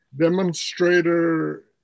demonstrator